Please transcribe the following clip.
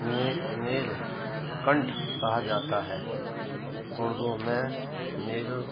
نیل نیل کنٹھ کہا جاتا ہے اردو میں نیل